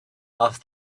asked